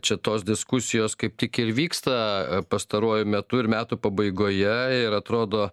čia tos diskusijos kaip tik ir vyksta pastaruoju metu ir metų pabaigoje ir atrodo